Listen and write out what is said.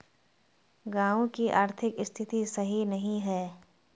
गाँव की आर्थिक स्थिति सही नहीं है?